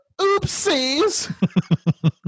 oopsies